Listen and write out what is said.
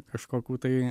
kažkokių tai